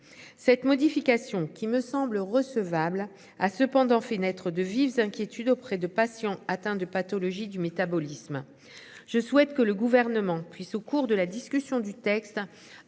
Cette modification qui me semble recevable a cependant fait naître de vives inquiétudes auprès de patients atteints de pathologies du métabolisme. Je souhaite que le gouvernement puisse au cours de la discussion du texte.